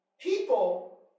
People